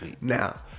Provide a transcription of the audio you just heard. now